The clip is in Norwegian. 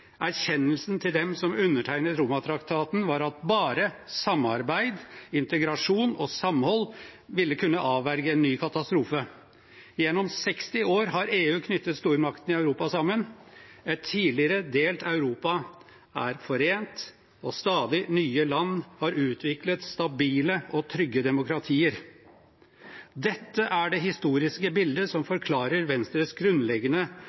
Erkjennelsen til dem som undertegnet Romatraktaten, var at bare samarbeid, integrasjon og samhold ville kunne avverge en ny katastrofe. Gjennom 60 år har EU knyttet stormaktene i Europa sammen. Et tidligere delt Europa er forent, og stadig nye land har utviklet stabile og trygge demokratier. Dette er det historiske bildet som forklarer Venstres grunnleggende